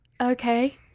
Okay